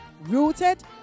rooted